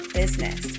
business